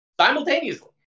Simultaneously